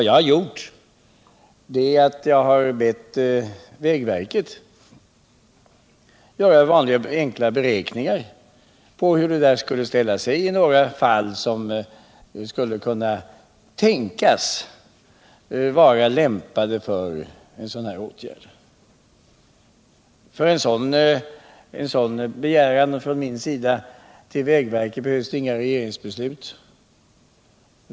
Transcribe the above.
Jag har bett vägverket göra vanliga enkla beräkningar på hur det skulle ställa sig i några fall som kunde tänkas vara lämpade för en sådan åtgärd. Det behövs inga regeringsbeslut för en sådan begäran från min sida till vägverket.